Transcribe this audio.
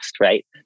right